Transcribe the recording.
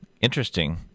Interesting